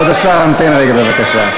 השר, המתן רגע בבקשה.